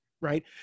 right